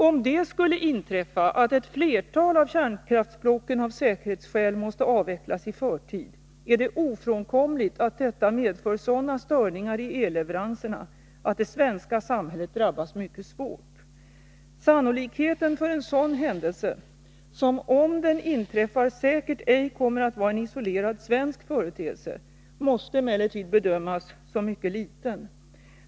Om det skulle inträffa att ett flertal av kärnkraftsblocken av säkerhetsskäl måste avvecklas i förtid är det ofrånkomligt att detta medför sådana störningar i elleveranserna att det svenska samhället drabbas mycket svårt. Sannolikheten för en sådan händelse, som om den inträffar säkert ej kommer att vara en isolerad svensk företeelse, måste emellertid bedömas som mycket liten.